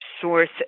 source